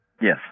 Yes